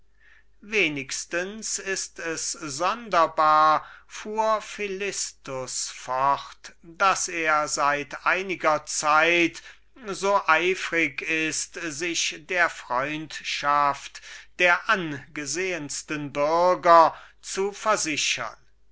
wenigstens ist es sonderbar fuhr philistus fort daß er seit einiger zeit sich eine angelegenheit davon zu machen scheint sich der freundschaft der angesehensten bürger zu versichern